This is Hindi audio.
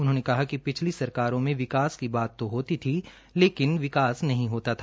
उन्होंने कहा कि पिछली सरकारों में विकास की बात तो होती थी लेकिन विकास नहीं होता था